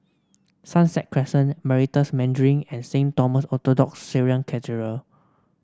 Sunset Crescent Meritus Mandarin and Saint Thomas Orthodox Syrian Cathedral